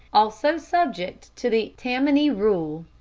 also subject to the tammany rule.